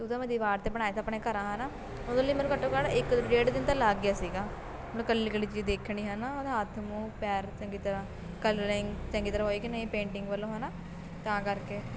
ਅਤੇ ਉਹ ਤਾਂ ਮੈਂ ਦੀਵਾਰ 'ਤੇ ਬਣਿਆ ਤਾ ਆਪਣੇ ਘਰਾਂ ਹੈ ਨਾ ਉਹਦੇ ਲਈ ਮੈਨੂੰ ਘੱਟੋ ਘੱਟ ਇੱਕ ਡੇਢ ਦਿਨ ਤਾਂ ਲੱਗ ਗਿਆ ਸੀਗਾ ਮ ਇਕੱਲੀ ਇਕੱਲੀ ਚੀਜ਼ ਦੇਖਣੀ ਹੈ ਨਾ ਉਹਦਾ ਹੱਥ ਮੂੰਹ ਪੈਰ ਚੰਗੀ ਤਰ੍ਹਾਂ ਕਲਰਿੰਗ ਚੰਗੀ ਤਰ੍ਹਾਂ ਹੋਈ ਕਿ ਨਹੀਂ ਪੇਂਟਿੰਗ ਵੱਲੋਂ ਹੈ ਨਾ ਤਾਂ ਕਰਕੇ